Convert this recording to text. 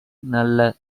நல்ல